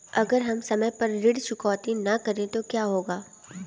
अगर हम समय पर ऋण चुकौती न करें तो क्या होगा?